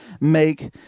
make